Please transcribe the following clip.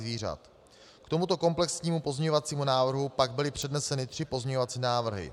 K tomuto komplexnímu pozměňovacímu návrhu pak byly předneseny tři pozměňovací návrhy.